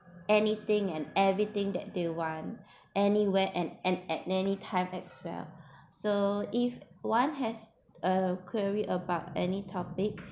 she can simply anything and everything that they want anywhere and and at any time as well so if one has uh query about any topic